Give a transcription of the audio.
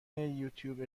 یوتوب